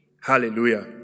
Hallelujah